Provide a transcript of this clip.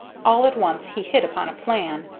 all at once he hit upon a plan,